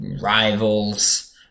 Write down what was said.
rivals